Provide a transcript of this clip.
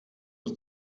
aus